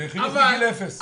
וחינוך מגיל אפס.